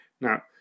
Now